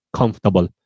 comfortable